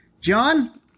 John